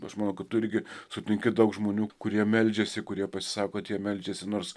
aš manau kad tu irgi sutinki daug žmonių kurie meldžiasi kurie pasisa kad jie meldžiasi nors